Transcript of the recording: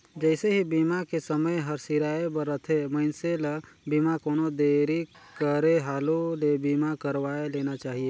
जइसे ही बीमा के समय हर सिराए बर रथे, मइनसे ल बीमा कोनो देरी करे हालू ले बीमा करवाये लेना चाहिए